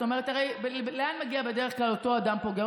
הרי לאן מגיע בדרך כלל אותו אדם פוגע?